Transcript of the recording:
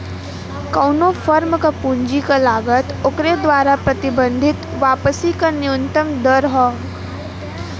कउनो फर्म क पूंजी क लागत ओकरे द्वारा प्रबंधित वापसी क न्यूनतम दर हौ